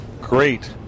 great